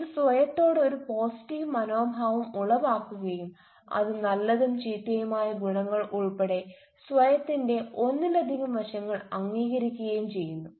ഇത് സ്വയത്തോട് ഒരു പോസിറ്റീവ് മനോഭാവം ഉളവാക്കുകയും അത് നല്ലതും ചീത്തയുമായ ഗുണങ്ങൾ ഉൾപ്പെടെ സ്വയത്തിന്റെ ഒന്നിലധികം വശങ്ങൾ അംഗീകരിക്കുകയും ചെയ്യുന്നു